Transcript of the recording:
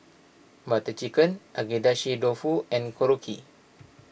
Butter Chicken Agedashi Dofu and Korokke